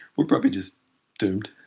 we're probably just doomed.